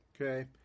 Okay